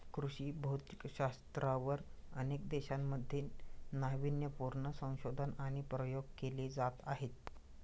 कृषी भौतिकशास्त्रावर अनेक देशांमध्ये नावीन्यपूर्ण संशोधन आणि प्रयोग केले जात आहेत